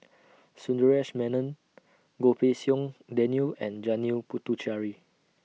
Sundaresh Menon Goh Pei Siong Daniel and Janil Puthucheary